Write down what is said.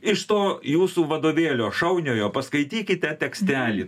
iš to jūsų vadovėlio šauniojo paskaitykite tekstelį